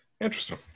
Interesting